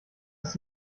ist